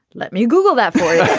let me google that for you